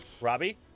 Robbie